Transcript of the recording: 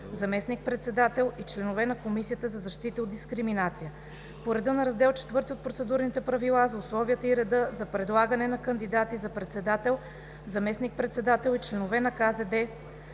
заместник- председател и членове на Комисията за защита от дискриминация (КЗД) по реда на Раздел IV от Процедурните правила за условията и реда за предлагане на кандидати за председател, заместник-председател и членове на КЗД,